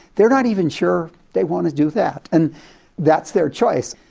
they're not even sure they want to do that, and that's their choice.